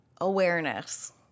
awareness